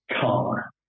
car